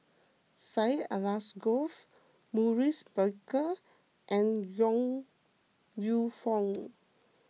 Syed Alsagoff Maurice Baker and Yong Lew Foong